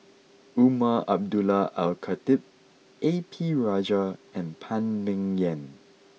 Umar Abdullah Al Khatib A P Rajah and Phan Ming Yen